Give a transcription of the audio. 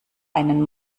einen